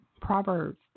Proverbs